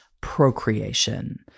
procreation